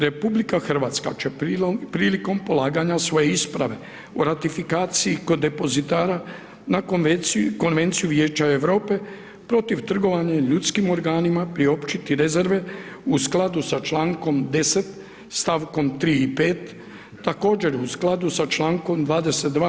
RH, će prilikom polaganja svoje isprave o ratifikacije kod depozitarna, na konvenciju Vijeća Europe protiv trgovanja ljudskim organima, priopćiti rezerve u skladu sa člankom 10. stavkom 3 i 5 također u skladu sa člankom 22.